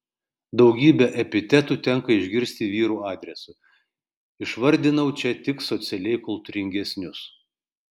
daugybę epitetų tenka išgirsti vyrų adresu išvardinau čia tik socialiai kultūringesnius